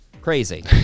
crazy